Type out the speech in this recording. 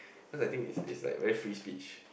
because I think is is like very free speech